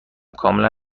کاملا